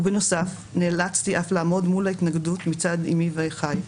ובנוסף נאלצתי אף לעמוד מול ההתנגדות מצד אימי ואחיי.